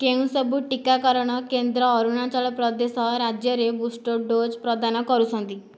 କେଉଁ ସବୁ ଟିକାକରଣ କେନ୍ଦ୍ର ଅରୁଣାଚଳ ପ୍ରଦେଶ ରାଜ୍ୟରେ ବୁଷ୍ଟର ଡୋଜ୍ ପ୍ରଦାନ କରୁଛନ୍ତି